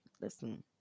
listen